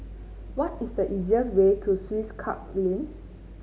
what is the easiest way to Swiss Club Lane